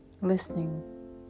Listening